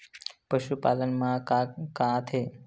पशुपालन मा का का आथे?